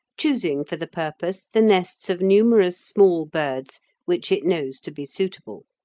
choosing for the purpose the nests of numerous small birds which it knows to be suitable.